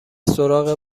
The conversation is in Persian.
سراغ